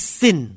sin